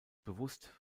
bewusst